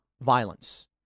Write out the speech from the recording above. violence